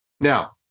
Now